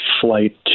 flight